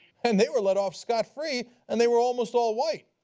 and they were let off scott free and they were almost all white.